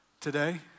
today